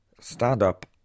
stand-up